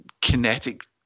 kinetic